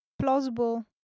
plausible